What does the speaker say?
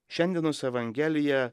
šiandienos evangelija